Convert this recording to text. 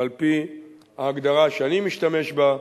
ועל-פי ההגדרה שאני משתמש בה,